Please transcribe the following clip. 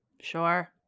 Sure